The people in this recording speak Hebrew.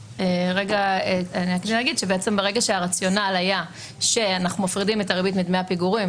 ברגע שהרציונל היה שאנחנו מפרידים את הריבית מדמי הפיגורים,